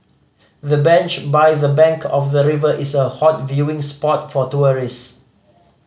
the bench by the bank of the river is a hot viewing spot for tourist